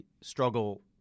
struggle